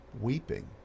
weeping